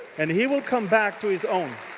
and he will come back to his own.